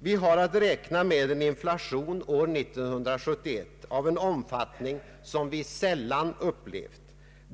”Vi har att räkna med en inflation år 1971 av en omfattning som vi sällan upp: levt.